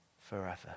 forever